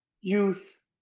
youth